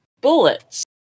bullets